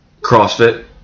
CrossFit